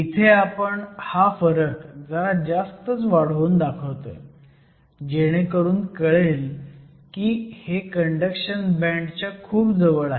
इथे आपण हा फरक जरा जास्तच वाढवून दाखवतोय जेणेकरून कळेल की हे कंडक्शन बँड च्या खूप जवळ आहेत